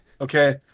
Okay